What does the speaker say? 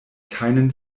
keinen